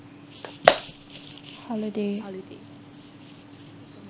holiday